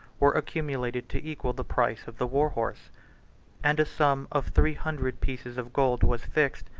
were accumulated to equal the price of the war-horse and a sum of three hundred pieces of gold was fixed,